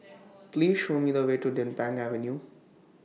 Please Show Me The Way to Din Pang Avenue